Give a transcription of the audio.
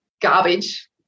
garbage